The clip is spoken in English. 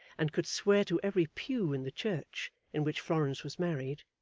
and could swear to every pew in the church in which florence was married,